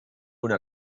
una